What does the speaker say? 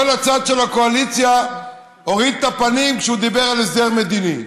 כל הצד של הקואליציה הוריד את הפנים כשהוא דיבר על הסדר מדיני.